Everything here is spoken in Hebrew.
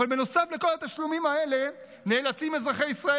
אבל נוסף לכל התשלומים האלה נאלצים אזרחי ישראל